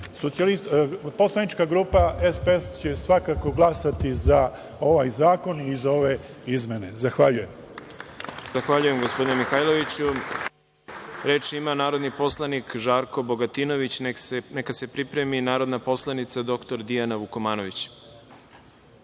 zadovoljni. Poslanička grupa SPS će svakako glasati za ovaj zakon i za ove izmene. Zahvaljujem. **Đorđe Milićević** Zahvaljujem gospodine Mihajloviću. Reč ima narodni poslanik Žarko Bogatinović, neka se pripremi narodna poslanica dr Dijana Vukomanović. Narodni